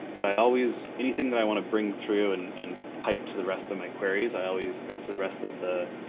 but i always, anything that i wanna bring through and and pipe to the rest of my queries, i always, to the rest of the